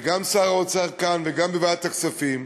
וגם שר האוצר, כאן וגם בוועדת הכספים,